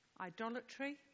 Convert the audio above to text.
Idolatry